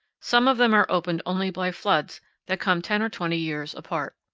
some of them are opened only by floods that come ten or twenty years apart.